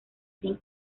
sin